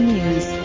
News